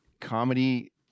comedy